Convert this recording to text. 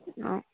অঁ